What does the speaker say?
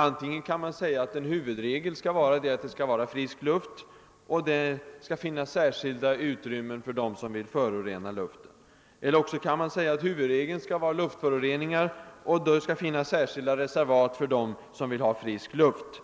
Antingen kan man säga, att huvudregeln skall vara att vi skall ha frisk Juft och att det skall finnas särskilda utrymmen för dem som vill förorena luften. Eller också kan man säga att huvudregeln skall vara förorenad luft, medan det skall finnas särskilda reservat för dem som vill ha frisk luft. I och